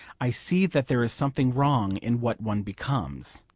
i see that there is something wrong in what one becomes.